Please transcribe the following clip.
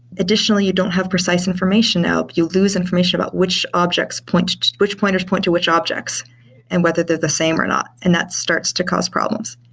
additionally, you don't have precise information help. you'll lose information about which objects point which pointers points to which objects and whether they're the same or not, and that starts to cause problems.